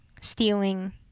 stealing